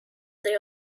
the